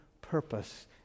purpose